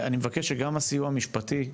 אני מבקש שגם הסיוע המשפטי,